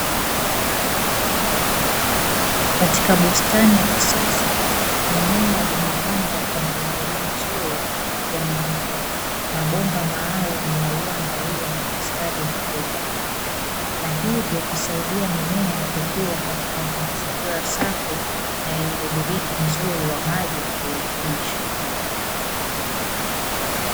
Katika bustani ya kisasa mimea imepandwa kwa mpangilio mzuri kwenye mabomba maalumu yaliyoandaliwa kwa ustadi mkubwa, na hivyo kusaidia mimea kukua katika mazingira safi na yenye udhibiti mzuri wa maji na kuhurutubisha.